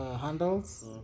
handles